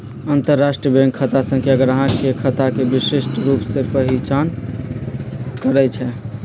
अंतरराष्ट्रीय बैंक खता संख्या गाहक के खता के विशिष्ट रूप से पहीचान करइ छै